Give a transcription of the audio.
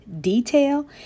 detail